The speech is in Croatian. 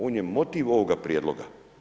On je motiv ovog prijedloga.